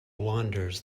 wanders